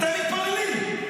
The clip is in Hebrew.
אתם מתפללים.